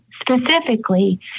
specifically